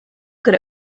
good